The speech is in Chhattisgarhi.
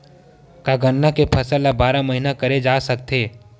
का गन्ना के फसल ल बारह महीन करे जा सकथे?